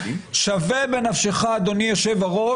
שווה בנפשך אדוני היו"ר,